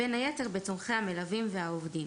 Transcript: בין היתר בצורכי המלווים והעובדים".